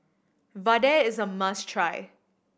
vadai is a must try